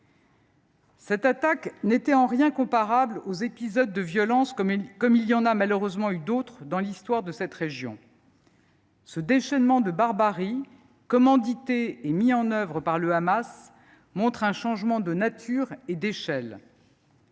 Cette attaque n’était en rien comparable aux épisodes de violence, comme il y en a malheureusement eu d’autres dans l’histoire de cette région. Ce déchaînement de barbarie, commandité et mis en œuvre par le Hamas, montre un changement de nature et d’échelle.